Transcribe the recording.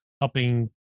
helping